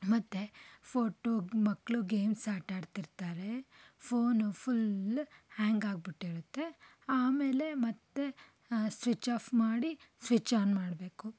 ಮತ್ತೆ ಫ಼ೋಟೋ ಮಕ್ಕಳು ಗೇಮ್ಸ್ ಆಟಾಡ್ತಿರ್ತಾರೆ ಫ಼ೋನ್ ಫ಼ುಲ್ ಹ್ಯಾಂಗಾಗ್ಬಿಟ್ಟಿರುತ್ತೆ ಆಮೇಲೆ ಮತ್ತೆ ಸ್ವಿಚ್ ಆಫ್ ಮಾಡಿ ಸ್ವಿಚ್ ಆನ್ ಮಾಡಬೇಕು